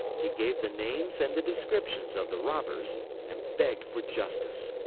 he gave the names and the descriptions of the robbers and begged for justice.